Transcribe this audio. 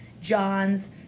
Johns